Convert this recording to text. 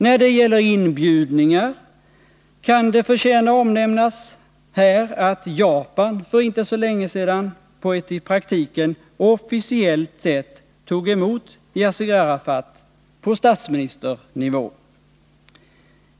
När det gäller inbjudningar kan det förtjäna omnämnas här att Japan för inte så länge sedan på ett i praktiken officiellt sätt tog emot Yassir Arafat på statsministernivå.